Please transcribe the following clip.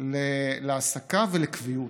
להעסקה ולקביעות,